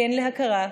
כן להכרה,